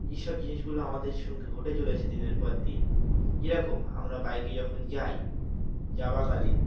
যে সব জিনিসগুলো আমাদের সঙ্গে ঘটে চলেছে দিনের পর দিন যেরকম আমরা বাইকে যখন যাই যাওয়াকালীন